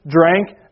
drank